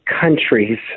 countries